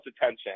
attention